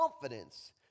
confidence